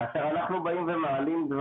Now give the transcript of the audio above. כאשר אנחנו מעלים דברים,